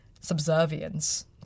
subservience